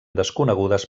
desconegudes